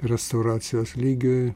restauracijos lygiui